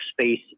space